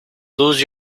lose